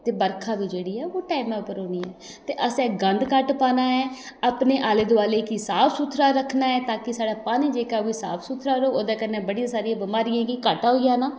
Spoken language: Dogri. ते बरखा बी जेह्ड़ी ओह् टैमे उप्पर होनी ऐ ते असें गंद घट्ट पाना ऐ अपने आले दुआले गी साफ सुधरा रक्खना तां कि साढ़ा पानी जेह्का ऐ ओह् बी साफ सुधरा र'वै ओह्दे कन्नै बड़ी सारी बमारी गी घाटा होई जाना